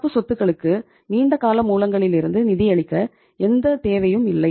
நடப்பு சொத்துக்களுக்கு நீண்ட கால மூலங்களிலிருந்து நிதியளிக்க எந்தத் தேவையும் இல்லை